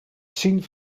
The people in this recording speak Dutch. zien